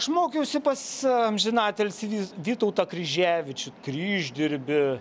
aš mokiausi pas amžiną atilsį vi vytautą kryževičių kryždirbį